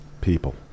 people